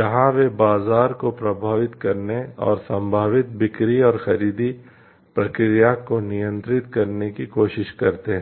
जहां वे बाजार को प्रभावित करने और संभावित बिक्री और खरीद प्रक्रिया को नियंत्रित करने की कोशिश करते हैं